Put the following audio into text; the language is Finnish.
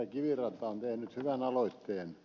kiviranta on tehnyt hyvän aloitteen